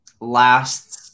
lasts